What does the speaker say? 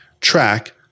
track